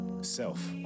Self